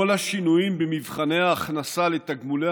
כל השינויים במבחני ההכנסה לתגמולי